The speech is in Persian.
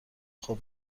خوب